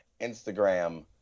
Instagram